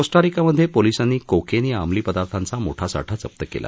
कोस्टारिकामधे पोलीसांनी कोकेन या अंमली पदार्थांचा मोठा साठा जप्त केला